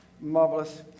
Marvelous